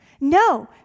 No